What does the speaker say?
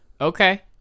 Okay